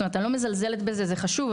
אני לא מזלזלת בזה, זה חשוב.